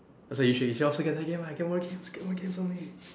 that's you should you should also get that game I get more games get more games only